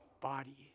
body